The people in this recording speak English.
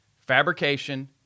fabrication